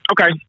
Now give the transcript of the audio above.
Okay